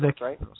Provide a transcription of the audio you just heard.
right